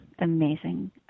Amazing